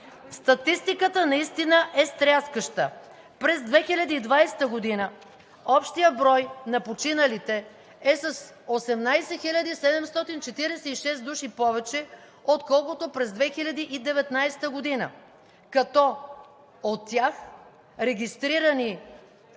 Статистиката наистина е стряскаща. През 2020 г. общият брой на починалите е с 18 746 души повече, отколкото през 2019 г. От тях регистрирани